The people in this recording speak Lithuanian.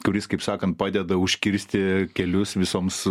kuris kaip sakant padeda užkirsti kelius visoms